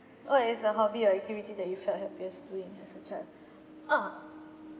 what is a hobby or activity that you felt happiest doing as a child ah